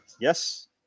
Yes